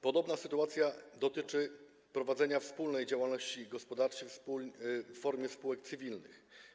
Podobna sytuacja dotyczy prowadzenia wspólnej działalności gospodarczej w formie spółek cywilnych.